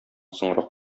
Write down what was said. соңрак